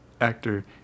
actor